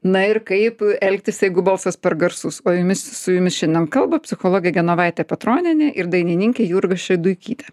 na ir kaip elgtis jeigu balsas per garsus o jumis su jumis šiandien kalba psichologė genovaitė petronienė ir dainininkė jurga šeduikytė